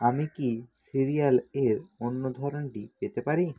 আমি কি সিরিয়াল এর অন্য ধরনটি পেতে পারি